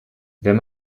wenn